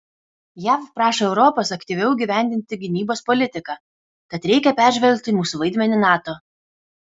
jav prašo europos aktyviau įgyvendinti gynybos politiką tad reikia peržvelgti mūsų vaidmenį nato